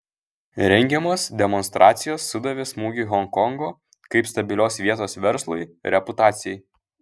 rengiamos demonstracijos sudavė smūgį honkongo kaip stabilios vietos verslui reputacijai